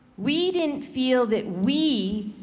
we didn't feel that we,